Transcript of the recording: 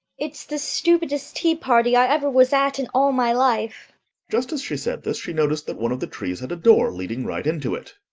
it's the stupidest tea-party i ever was at in all my life just as she said this, she noticed that one of the trees had a door leading right into it.